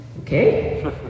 okay